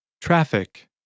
Traffic